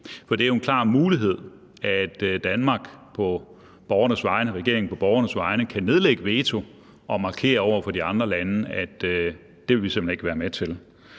For det er jo en klar mulighed, at regeringen på borgernes vegne kan nedlægge veto og markere over for de andre lande, at det vil vi simpelt hen ikke være med til.